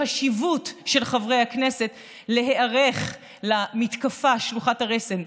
את החשיבות של ההיערכות של חברי הכנסת למתקפה שלוחת הרסן,